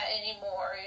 anymore